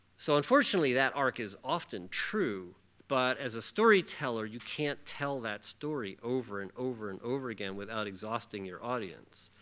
so, unfortunately, that arc is often true but as a storyteller, you can't tell that story over and over and over again without exhausting your audience.